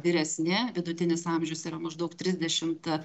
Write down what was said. vyresni vidutinis amžius yra maždaug trisdešimt